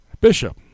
Bishop